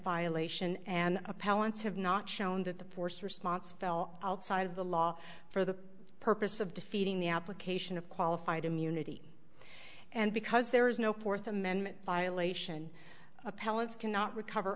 violation and appellants have not shown that the force response fell outside of the law for the purpose of defeating the application of qualified immunity and because there is no fourth amendment violation appellants cannot recover